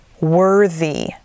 worthy